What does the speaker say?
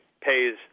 pays